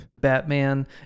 batman